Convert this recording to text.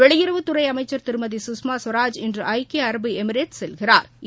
வெளியுறவுத்துறை அமைச்சர் திருமதி சுஷ்மா சுவராஜ் இன்று ஐக்கிய அரபு எமிரேட்ஸ் செல்கிறா்